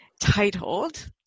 titled